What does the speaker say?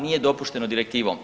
Nije dopušteno direktivom.